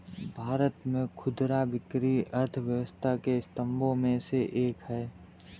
भारत में खुदरा बिक्री अर्थव्यवस्था के स्तंभों में से एक है